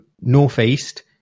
northeast